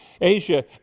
Asia